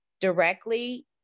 directly